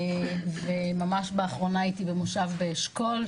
ממש לאחרונה הייתי במושב אשכול,